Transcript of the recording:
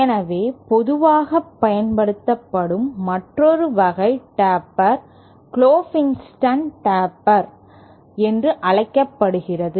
எனவே பொதுவாகப் பயன்படுத்தப்படும் மற்றொரு வகை டேப்பர் க்ளோஃபென் ஸ்டீன் டேப்பர் என்று அழைக்கப்படுகிறது